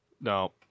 No